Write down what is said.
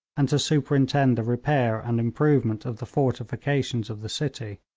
and to superintend the repair and improvement of the fortifications of the city.